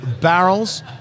barrels